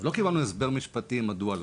לא קיבלנו הסבר משפטי מדוע לא.